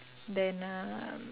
then uh